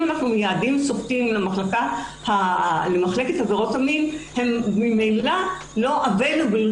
אנחנו מייעדים שופטים למחלקת עבירות המין הם ממילא לא נגישים,